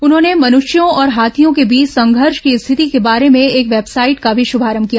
उन्होंने मनष्यों और हाथियों के बीच संघर्ष की स्थिति के बारे में एक वेबसाइट का भी शुभारंभ किया